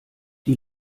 die